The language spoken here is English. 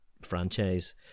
franchise